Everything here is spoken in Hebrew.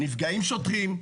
נפגעים שוטרים,